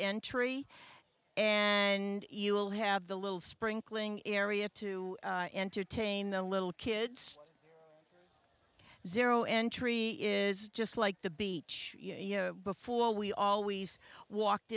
entry and you will have the little sprinkling area to entertain the little kids zero entry is just like the beach before we always walked